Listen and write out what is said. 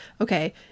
okay